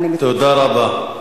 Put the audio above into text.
תודה רבה.